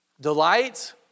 Delight